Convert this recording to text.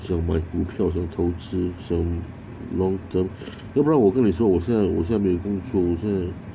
想买股票想投资想 long term 要不然我跟你说我现在我现在在没工作我现在